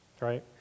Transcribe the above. right